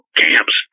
camps